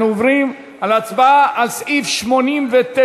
אנחנו עוברים להצבעה על סעיף 89,